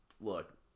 Look